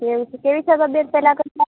એવું છે કેવી છે તબિયત પહેલાં કરતાં